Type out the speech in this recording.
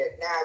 Now